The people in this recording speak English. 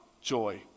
joy